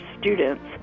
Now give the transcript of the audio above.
students